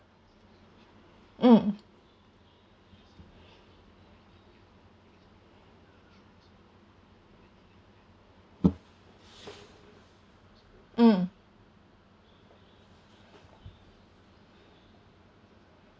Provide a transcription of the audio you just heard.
mm mm